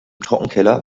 trockenkeller